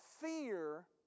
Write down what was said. fear